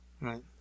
Right